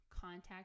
contact